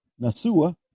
Nasua